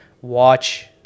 watch